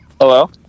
Hello